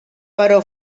però